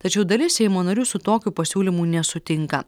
tačiau dalis seimo narių su tokiu pasiūlymu nesutinka